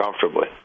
comfortably